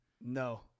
No